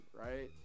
right